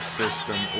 system